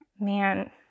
Man